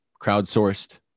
crowdsourced